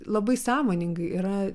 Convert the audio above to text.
labai sąmoningai yra